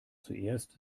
zuerst